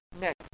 next